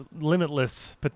limitless